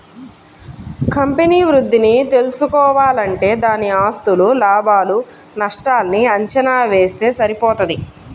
company వృద్ధిని తెల్సుకోవాలంటే దాని ఆస్తులు, లాభాలు నష్టాల్ని అంచనా వేస్తె సరిపోతది